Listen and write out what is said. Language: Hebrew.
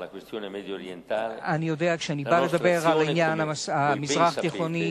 כשאני בא לדבר על עניין המזרח התיכון,